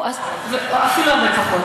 או אפילו הרבה פחות.